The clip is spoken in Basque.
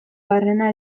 barrena